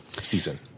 season